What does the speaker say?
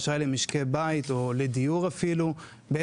אשראי למשקי בית או אפילו לדיור,